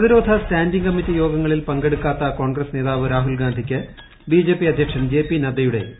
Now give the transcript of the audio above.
പ്രതിരോധ standing committee യോഗങ്ങളിൽ പങ്കെടുക്കാതെ കോൺഗ്രസ്് നേതാവ് രാഹുൽ ഗാന്ധിക്ക് ബി ജെ പി അദ്ധ്യക്ഷൻ ജെ പി നദ്ദയുടെ വിമർശനം